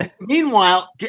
Meanwhile